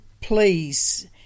please